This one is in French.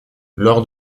lors